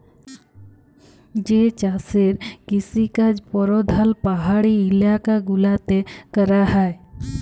যে চাষের কিসিকাজ পরধাল পাহাড়ি ইলাকা গুলাতে ক্যরা হ্যয়